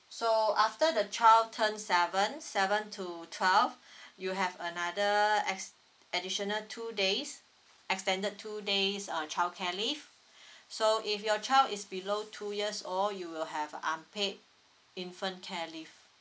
so after the child turned seven seven to twelve you have another ex~ additional two days extended two days uh childcare leave so if your child is below two years old you will have unpaid infant care leave